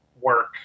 work